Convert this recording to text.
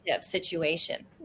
situation